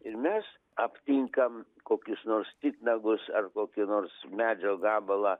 ir mes aptinkam kokius nors titnagus ar kokį nors medžio gabalą